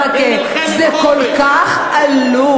חבר הכנסת ברכה, זה כל כך עלוב.